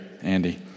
Andy